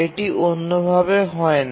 এটি অন্যভাবে হয় না